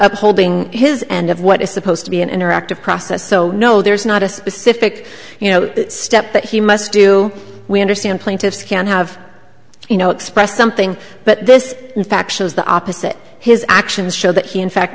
up holding his and of what is supposed to be an interactive process so no there's not a specific you know step that he must do we understand plaintiff's can have you know expressed something but this in fact shows the opposite his actions show that he in fact